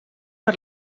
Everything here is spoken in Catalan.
per